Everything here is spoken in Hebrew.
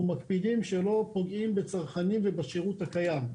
מקפידים שלא פוגעים בצרכנים ובשירות הקיים.